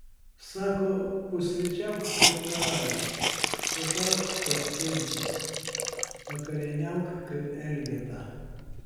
sako pusryčiauk kaip karalius pietauk kaip princas vakarieniauk kaip elgeta